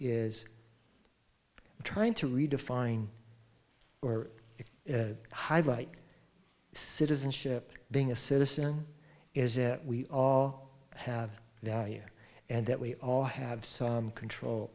is trying to redefine or highlight citizenship being a citizen is that we all have value and that we all have some control